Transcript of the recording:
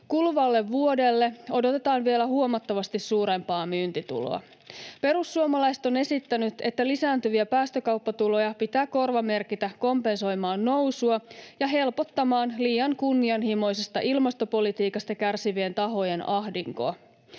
Kuluvalle vuodelle odotetaan vielä huomattavasti suurempaa myyntituloa. Perussuomalaiset on esittänyt, että lisääntyviä päästökauppatuloja pitää korvamerkitä kompensoimaan nousua ja helpottamaan liian kunnianhimoisesta ilmastopolitiikasta kärsivien tahojen ahdinkoa.